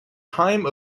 time